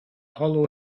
hollow